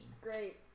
Great